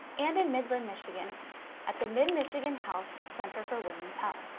and in midland, michigan at the mid-michigan health center for women's health.